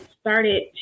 started